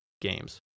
games